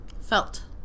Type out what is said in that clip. Felt